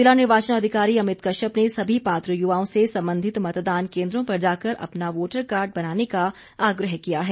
जिला निर्वाचन अधिकारी अमित कश्यप ने सभी पात्र युवाओं से संबंधित मतदान केंद्रों पर जाकर अपना वोटर कार्ड बनाने का आग्रह किया है